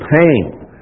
pain